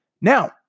Now